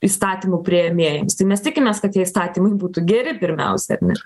įstatymų priėmėjams tai mes tikimės kad tie įstatymai būtų geri pirmiausia ar ne